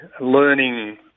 learning